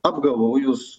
apgavau jus